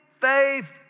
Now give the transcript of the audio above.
faith